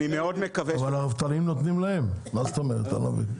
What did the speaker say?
אבל הרפתנים נותנים להם, אני לא מבין.